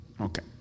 Okay